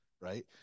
right